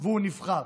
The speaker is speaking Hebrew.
והוא נבחר.